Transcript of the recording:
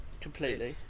completely